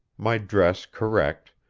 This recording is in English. my dress correct,